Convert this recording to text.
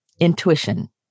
Intuition